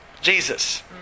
Jesus